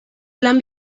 lan